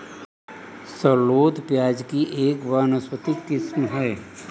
shallot प्याज़ की एक वानस्पतिक किस्म है